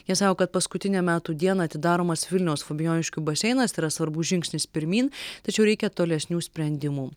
jie sako kad paskutinę metų dieną atidaromas vilniaus fabijoniškių baseinas yra svarbus žingsnis pirmyn tačiau reikia tolesnių sprendimų